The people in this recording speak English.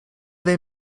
they